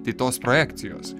tai tos projekcijos